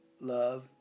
love